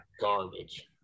garbage